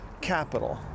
capital